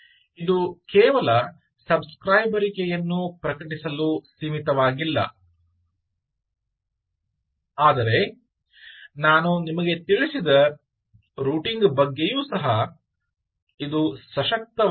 ಇದು ಕೇವಲ ಸಬ್ ಸ್ಕ್ರೈಬರಿಕೆಯನ್ನು ಪ್ರಕಟಿಸಲು ಸೀಮಿತವಾಗಿಲ್ಲ ಆದರೆ ನಾನು ನಿಮಗೆ ತಿಳಿಸಿದ ರೂಟಿಂಗ್ ಬಗ್ಗೆಯೂ ಸಹ ಇದು ಸಶಕ್ತವಾಗಿದೆ